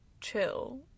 chill